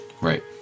Right